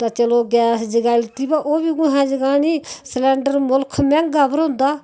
ते चलो गैस जलाई लेती ओह् बी कुतै कुत्थै जगानी सलैंडर मुल्ख महंगा भरोंदा